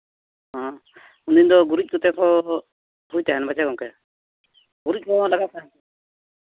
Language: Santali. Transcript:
ᱦᱮᱸ ᱩᱱᱤ ᱫᱚ ᱜᱩᱨᱤᱡ ᱠᱚᱛᱮ ᱠᱚ ᱵᱩᱡᱽ ᱟᱱ ᱢᱟᱪᱮᱫ ᱜᱚᱢᱠᱮ ᱜᱩᱨᱤᱡ ᱠᱚ ᱞᱟᱜᱟᱜᱼᱟ